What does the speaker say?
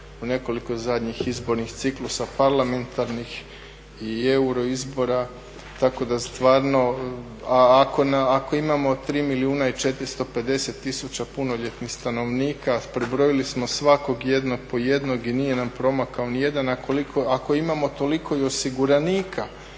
u nekoliko zadnjih izbornih ciklusa parlamentarnih i euro izbora tako da stvarno, a ako imamo 3 milijuna i 450 tisuća punoljetnih stanovnika, prebrojili smo svakog jednog po jednog i nije nam promakao nijedan. Ako imamo toliko i osiguranika